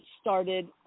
started